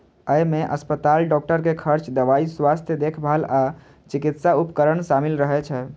अय मे अस्पताल, डॉक्टर के खर्च, दवाइ, स्वास्थ्य देखभाल आ चिकित्सा उपकरण शामिल रहै छै